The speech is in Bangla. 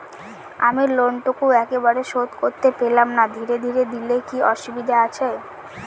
আমি লোনটুকু একবারে শোধ করতে পেলাম না ধীরে ধীরে দিলে কি অসুবিধে আছে?